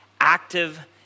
active